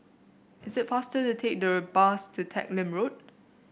is it faster to take the bus to Teck Lim Road